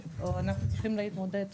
אנחנו צריכים להתמודד איתם,